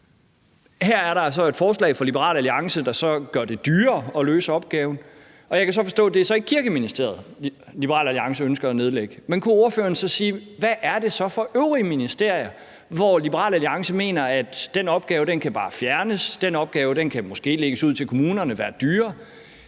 Her er der så et forslag fra Liberal Alliance, der så gør det dyrere at løse opgaven, og jeg kan så forstå, at det ikke er Kirkeministeriet, Liberal Alliance ønsker at nedlægge. Men kan ordføreren så sige, hvad det så er for øvrige ministerier, hvor Liberal Alliance mener at opgaven bare kan fjernes, hvor opgaven måske kan lægges ud til kommunerne og være dyrere?